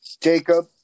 Jacob